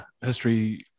history